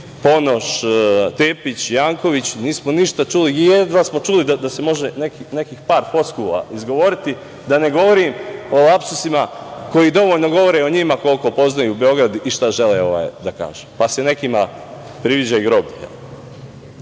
Ponoš, Tepić, Janković nismo ništa čuli, jedva smo čuli da se može nekih par floskula izgovoriti, da ne govorim o lapsusima koji dovoljno govore o njima koliko poznaju Beograd i šta žele da kažu, pa se nekima priviđa groblje.